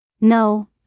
No